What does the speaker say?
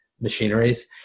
machineries